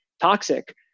toxic